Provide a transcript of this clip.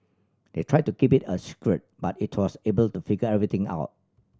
they tried to keep it a secret but it was able to figure everything out